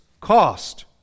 cost